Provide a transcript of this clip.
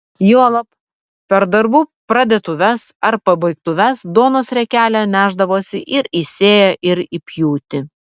juolab per darbų pradėtuves ar pabaigtuves duonos riekelę nešdavosi ir į sėją ir į pjūtį